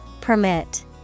Permit